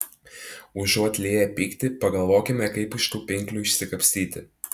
užuot lieję pyktį pagalvokime kaip iš tų pinklių išsikapstyti